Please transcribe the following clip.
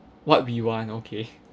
what we want okay